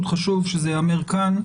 חשוב שזה ייאמר כאן,